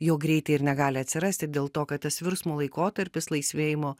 jo greitai ir negali atsirasti dėl to kad tas virsmo laikotarpis laisvėjimo